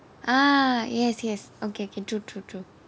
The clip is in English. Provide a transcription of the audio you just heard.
ah yes yes okay can true true true